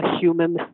human